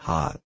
Hot